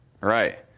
Right